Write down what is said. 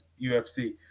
UFC